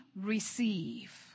receive